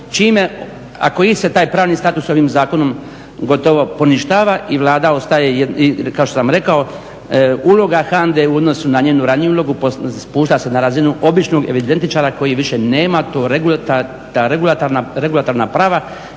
a koji se taj pravni status ovim zakonom gotovo poništava i Vlada ostaje kao što sam rekao uloga HANDA-e u odnosu na njenu raniju ulogu, spušta se na razinu običnog evidentičara koji više nema ta regulatorna prava